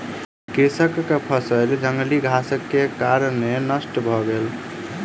कृषक के फसिल जंगली घासक कारणेँ नष्ट भ गेल